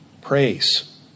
praise